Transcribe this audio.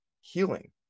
healing